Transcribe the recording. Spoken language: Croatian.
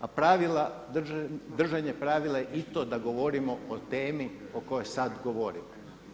A držanje pravila i to da govorimo o temi o kojoj sad govorimo.